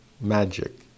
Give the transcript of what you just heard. magic